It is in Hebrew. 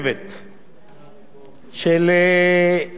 של נציגי הגמלאים,